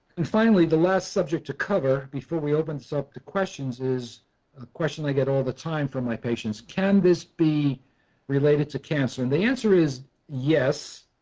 and finally the last subject to cover before we open this so up to questions is a question i get all the time from my patients. can this be related to cancer and the answer is yes,